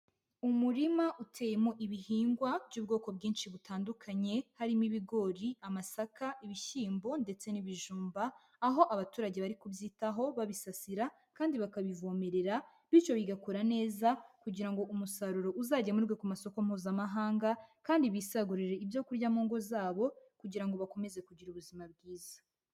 Umurima uteyemo ibihingwa by'ubwoko bwinshi butandukanye harimo ibigori, amasaka, ibishyimbo ndetse n'ibijumba, aho abaturage bari kubyitaho babisasira kandi bakabivomerera, bityo bigakura neza kugira ngo umusaruro uzagemurwe ku masoko mpuzamahanga kandi bisagurire ibyo kurya mu ngo zabo kugira ngo bakomeze kugira ubuzima bwiza.